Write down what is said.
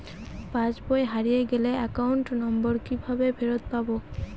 পাসবই হারিয়ে গেলে account number কিভাবে ফেরত পাব?